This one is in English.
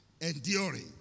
Enduring